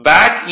back ஈ